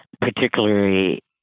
particularly